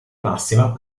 massima